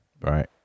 Right